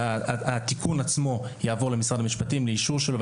התיקון עצמו יעבור למשרד המשפטים לאישור שלו,